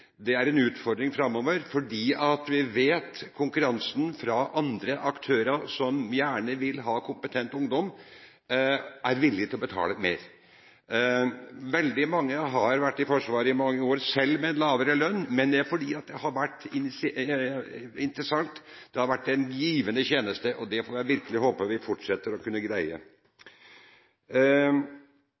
det er en utfordring framover, for vi vet det er konkurranse fra andre aktører som gjerne vil ha kompetent ungdom, og som er villige til å betale litt mer. Veldig mange har vært i Forsvaret i mange år, selv med lavere lønn. Men det er fordi det har vært interessant, og fordi det har vært en givende tjeneste. Det får jeg virkelig håpe vi fortsatt skal kunne greie